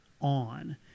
on